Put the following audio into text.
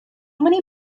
many